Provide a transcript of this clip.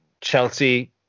Chelsea